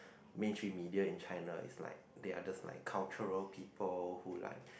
mainstream media in China is like they are just like the cultural people who like